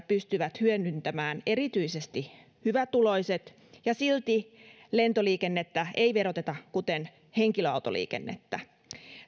pystyvät hyödyntämään erityisesti hyvätuloiset ja silti lentoliikennettä ei veroteta kuten henkilöautoliikennettä